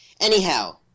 Anyhow